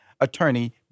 Attorney